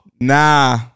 Nah